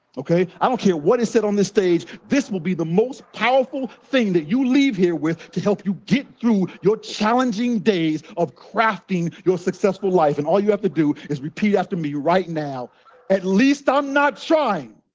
okay. i don't care what is said on this stage. this will be the most powerful thing that you leave here with to help you get through your challenging days of crafting your successful life. and all you have to do is repeat after me right now at least i'm not trying.